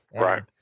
Right